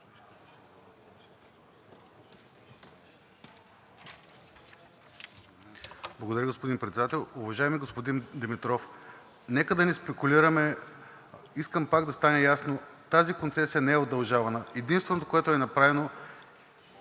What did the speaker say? Благодаря, господин Председател. Уважаеми господин Димитров, нека да не спекулираме. Искам пак да стане ясно – тази концесия не е удължавана. Единственото, което е направено,